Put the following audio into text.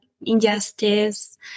injustice